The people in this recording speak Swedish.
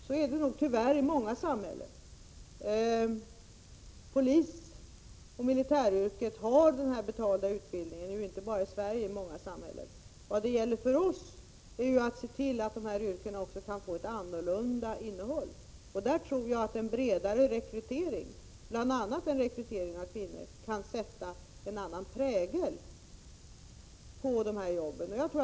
Så är det nog tyvärr i många samhällen. Man har betald utbildning inom polisoch militäryrkena inte bara i Sverige utan i många andra länder. För oss gäller det att se till att dessa yrken kan få ett annorlunda innehåll. Jag tror då att en bredare rekrytering, bl.a. en rekrytering av kvinnor, kan sätta en annan prägel på arbetet inom dessa yrken.